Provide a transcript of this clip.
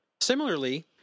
Similarly